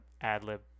ad-lib